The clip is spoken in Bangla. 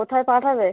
কোথায় পাঠাবে